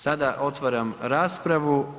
Sada otvaram raspravu.